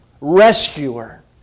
Rescuer